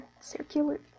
circular